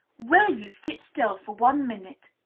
will you sit still for one minute?